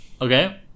Okay